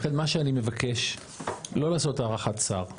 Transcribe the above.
לכן מה שאני מבקש, לא לעשות הארכת שר.